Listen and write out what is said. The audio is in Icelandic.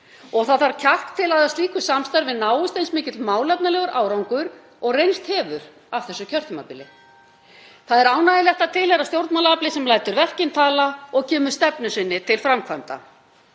Og það þarf kjark til að af slíku samstarfi náist eins mikill málefnalegur árangur og reynst hefur á þessu kjörtímabili. Það er ánægjulegt að tilheyra stjórnmálaafli sem lætur verkin tala og kemur stefnu sinni til framkvæmda.